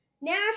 Nash